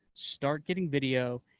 start getting video,